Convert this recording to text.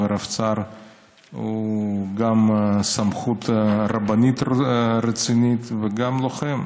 שהוא גם סמכות רבנית רצינית וגם לוחם.